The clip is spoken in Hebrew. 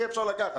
יהיה אפשר לקחת.